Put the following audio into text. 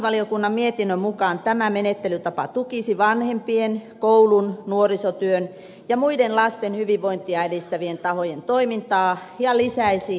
lakivaliokunnan mietinnön mukaan tämä menettelytapa tukisi vanhempien koulun nuorisotyön ja muiden lasten hyvinvointia edistävien tahojen toimintaa ja lisäisi päihdevalistuksen tehoa